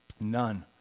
None